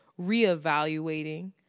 reevaluating